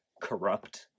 corrupt